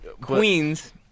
Queens